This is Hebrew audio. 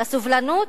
לסובלנות?